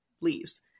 leaves